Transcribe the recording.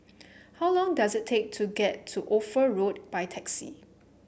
how long does it take to get to Ophir Road by taxi